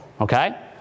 Okay